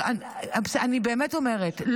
אני לא --- אני באמת אומרת,